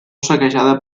saquejada